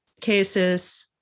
cases